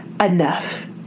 enough